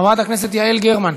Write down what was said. חברת הכנסת יעל גרמן.